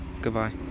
Goodbye